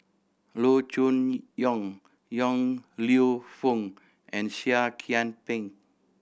Loo Choon Yong Yong Lew Foong and Seah Kian Peng